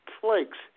flakes